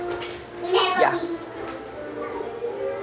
ya